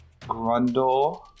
Grundle